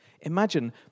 Imagine